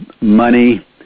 money